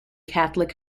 catholic